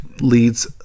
leads